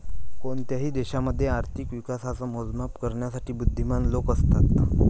कोणत्याही देशामध्ये आर्थिक विकासाच मोजमाप करण्यासाठी बुध्दीमान लोक असतात